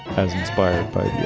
as inspired by.